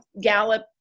Gallup